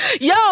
yo